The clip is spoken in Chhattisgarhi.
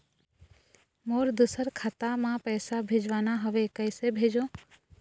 मोर दुसर खाता मा पैसा भेजवाना हवे, कइसे भेजों?